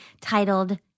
titled